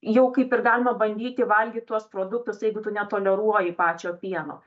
jau kaip ir galima bandyti valgyt tuos produktus jeigu tu netoleruoji pačio pieno